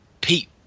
Pete